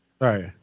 Right